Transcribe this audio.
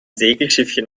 segelschiffchen